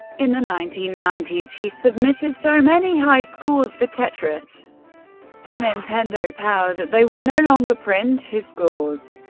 in the nineteen ninety s he submitted so many high scores for tetris to nintendo power that they would no longer print his scores,